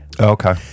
Okay